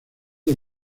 del